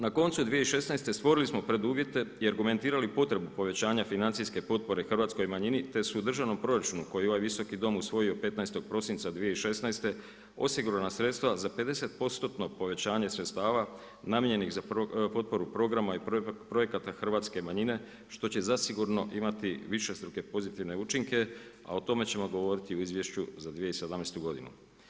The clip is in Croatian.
Na koncu 2016. stvorili smo preduvjete i argumentirali potrebu povećanja financijske potpore hrvatskoj manjini te su u državnom proračunu koji je ovaj Visoki dom usvojio 15. prosinca 2016. osigurana sredstva za 50% povećanje sredstava namijenjenih za potporu programa i projekata hrvatske manjine što će zasigurno imati višestruke pozitivne učinke a o tome ćemo govoriti u izvješću za 2017. godinu.